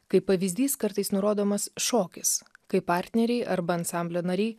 kaip pavyzdys kartais nurodomas šokis kai partneriai arba ansamblio nariai